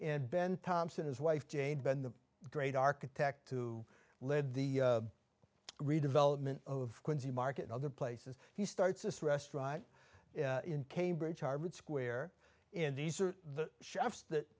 ben thompson his wife jane ben the great architect to lead the redevelopment of quincy market other places he starts this restaurant in cambridge harvard square in these are the chefs that